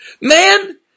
man